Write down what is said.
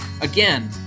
Again